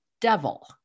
devil